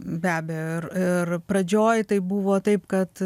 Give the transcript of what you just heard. be abejo ir ir pradžioj tai buvo taip kad